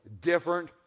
different